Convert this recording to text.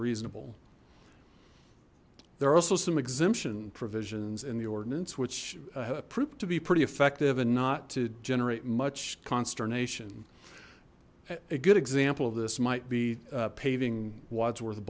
reasonable there are also some exemption provisions in the ordinance which proved to be pretty effective and not to generate much consternation a good example of this might be paving wodsworth